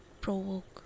provoke